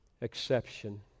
exception